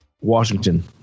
Washington